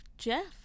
Jeff